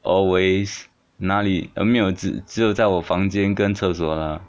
always 哪里没有只只有在我房间跟厕所啦